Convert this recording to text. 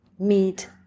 meat